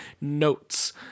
notes